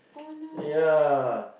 oh no